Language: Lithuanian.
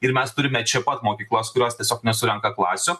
ir mes turime čia pat mokyklas kurios tiesiog nesurenka klasių